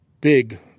Big